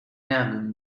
miałabym